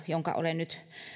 jonka olen nyt